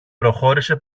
προχώρησε